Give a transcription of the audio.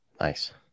Nice